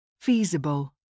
Feasible